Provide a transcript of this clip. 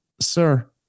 sir